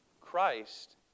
Christ